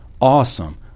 awesome